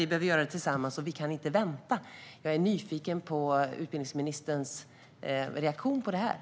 Vi behöver göra det tillsammans, och vi kan inte vänta! Jag är nyfiken på utbildningsministerns reaktion på detta.